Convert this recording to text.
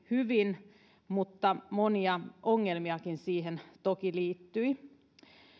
hyvin mutta monia ongelmiakin siihen toki liittyi